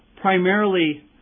primarily